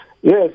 Yes